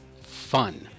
fun